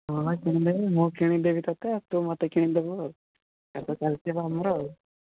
ହଁ ମାମା କିଣିଦେବି ମୁଁ କିଣିଦେବି ତୋତେ ତୁ ମୋତେ କିଣିଦେବୁ ଆଉ ଆଗ ଚାଲିଯିବ ଆମର ଆଉ